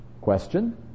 Question